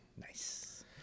Nice